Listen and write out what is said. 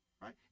Right